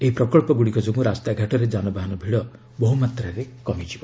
ଏହି ପ୍ରକଳ୍ପଗୁଡ଼ିକ ଯୋଗୁଁ ରାସ୍ତାଘାଟରେ ଯାନବାହନର ଭିଡ଼ ବହୁ ମାତ୍ରାରେ କମିଯିବ